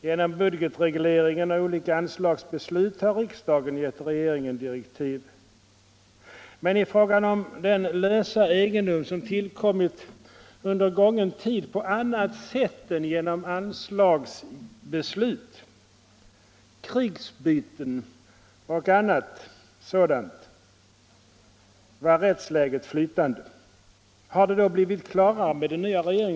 Genom budgetreglering av olika anslagsbeslut har riksdagen givit regeringen direktiv, men i fråga om den lösa egendom som tillkommit under gången tid på annat sätt än genom anslagsbeslut — krigsbyten och annat sådant — var rättsläget flytande.